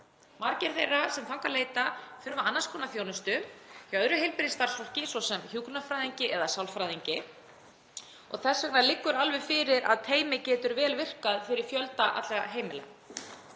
Margir þeirra sem þangað leita þurfa annars konar þjónustu hjá öðru heilbrigðisstarfsfólki, svo sem hjúkrunarfræðingi eða sálfræðingi. Þess vegna liggur alveg fyrir að teymi getur vel virkað fyrir fjölda heimila.